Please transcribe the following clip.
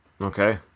Okay